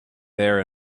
there